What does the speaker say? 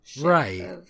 right